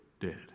dead